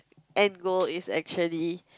end goal is actually